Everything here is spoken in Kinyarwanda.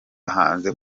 hanze